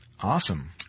Awesome